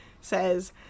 says